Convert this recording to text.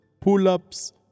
pull-ups